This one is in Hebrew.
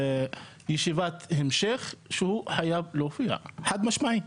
ישיבת המשך שהוא חייב להופיע חד משמעית.